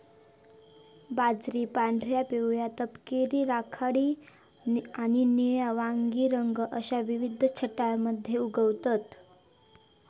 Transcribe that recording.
बाजरी पांढऱ्या, पिवळ्या, तपकिरी, राखाडी आणि निळ्या वांगी रंग अश्या विविध छटांमध्ये उगवतत